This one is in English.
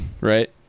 right